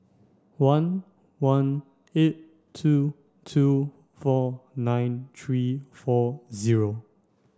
one one eight two two four nine three four zero